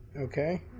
Okay